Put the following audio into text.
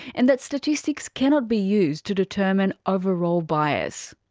and that statistics cannot be used to determine overall bias.